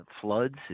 floods